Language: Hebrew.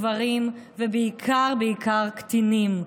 גברים ובעיקר בעיקר קטינים.